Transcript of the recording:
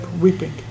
weeping